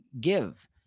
give